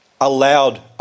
allowed